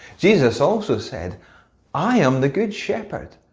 jesus also said i am the good shepherd.